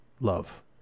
love